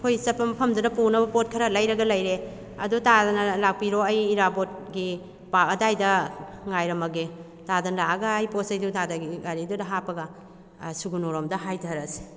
ꯑꯩꯈꯣꯏ ꯆꯠꯄ ꯃꯐꯝꯗꯨꯗ ꯄꯨꯅꯕ ꯄꯣꯠ ꯈꯔ ꯂꯩꯔꯒ ꯂꯩꯔꯦ ꯑꯗꯨ ꯇꯥꯗꯅ ꯂꯥꯛꯄꯤꯔꯣ ꯑꯩ ꯏꯔꯥꯕꯣꯠꯀꯤ ꯄꯥꯛ ꯑꯗꯥꯏꯗ ꯉꯥꯏꯔꯝꯃꯒꯦ ꯇꯥꯗ ꯂꯥꯛꯑꯒ ꯑꯩ ꯄꯣꯠ ꯆꯩꯗꯣ ꯇꯥꯗꯒꯤ ꯒꯥꯔꯤꯗꯨꯗ ꯍꯥꯞꯄꯒ ꯁꯨꯒꯨꯅꯨ ꯂꯣꯝꯗ ꯍꯥꯏꯊꯔꯁꯤ